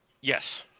Yes